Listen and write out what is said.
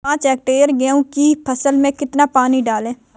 पाँच हेक्टेयर गेहूँ की फसल में कितना पानी डालें?